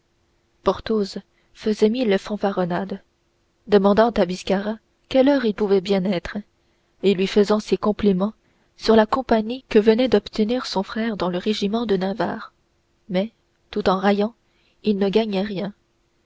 biscarat porthos faisait mille fanfaronnades demandant à biscarat quelle heure il pouvait bien être et lui faisait ses compliments sur la compagnie que venait d'obtenir son frère dans le régiment de navarre mais tout en raillant il ne gagnait rien